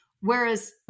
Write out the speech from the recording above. Whereas